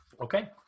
okay